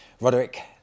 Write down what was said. Roderick